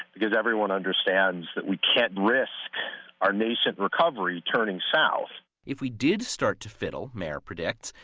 because everyone understands that we can't risk our nascent recovery turning south if we did start to fiddle, mayer predicts,